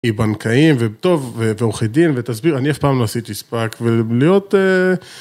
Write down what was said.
בנקאים וטוב ועורכי דין ותסביר אני אף פעם לא עשיתי ספאק ולהיות